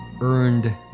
earned